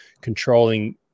controlling